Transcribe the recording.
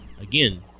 again